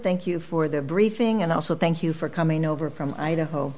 thank you for the briefing and also thank you for coming over from idaho